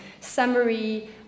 summary